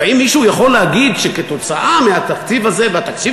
והאם מישהו יכול להגיד שכתוצאה מהתקציב הזה והתקציב